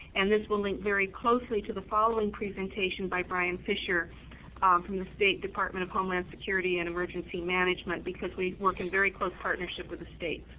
and this will link a very closely to the following presentation by brian fisher um from the state department of homeland security and emergency management because we work in very close partnership with the state.